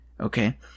Okay